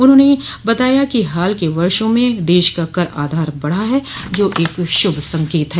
उन्होंने यह भी बताया कि हाल के वर्षों में देश का कर आधार बढ़ा है जो एक शभ संकेत है